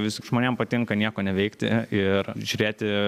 vis tik žmonėm patinka nieko neveikti ir žiūrėti